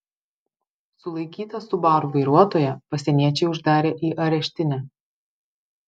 sulaikytą subaru vairuotoją pasieniečiai uždarė į areštinę